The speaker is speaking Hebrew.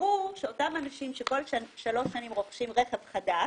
ברור שאותם אנשים שכל שלוש שנים רוכשים רכב חדש,